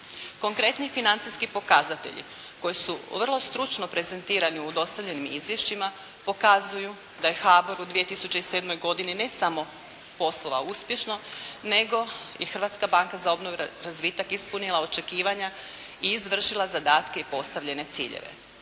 Konkretni financijski pokazatelji koji su vrlo stručno prezentirani u dostavljenim izvješćima pokazuju da je HBOR u 2007. godini ne samo poslovao uspješno, nego je i Hrvatska banka za obnovu i razvitak ispunila očekivanja i izvršila zadatke i postavljene ciljeve.